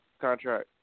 contract